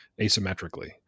asymmetrically